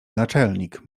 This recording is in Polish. naczelnik